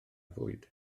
fwyd